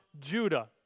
Judah